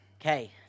Okay